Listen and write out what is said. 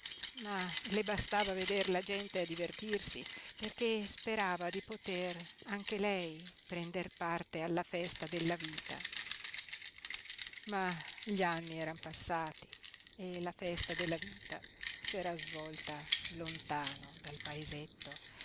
ma le bastava veder la gente a divertirsi perché sperava di poter anche lei prender parte alla festa della vita ma gli anni eran passati e la festa della vita s'era svolta lontana dal paesetto